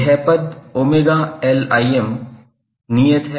यह पद 𝜔𝐿𝐼𝑚 नियत है